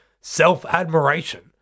self-admiration